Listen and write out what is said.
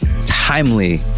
timely